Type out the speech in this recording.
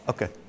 Okay